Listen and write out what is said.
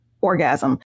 orgasm